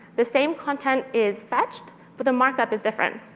the same content is fetched, but the markup is different.